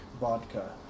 vodka